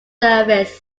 surface